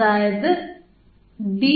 അതായത് ഡി